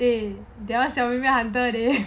eh that [one] 小妹妹 hunter eh